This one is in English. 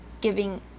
giving